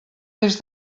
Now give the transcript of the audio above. des